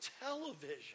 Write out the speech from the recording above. television